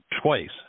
twice